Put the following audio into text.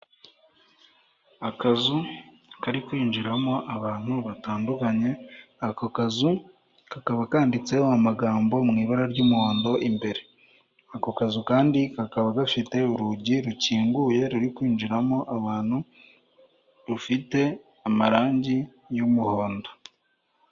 Akazu kari kwinjiramo abantu batandukanye, ako kazu kakaba kanditseho amagambo mu ibara ry'umuhondo imbere, ako kazu kandi kakaba gafite urugi rukinguye ruri kwinjiramo abantu rufite amarangi y'umuhondo.